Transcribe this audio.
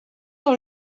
dans